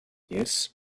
yes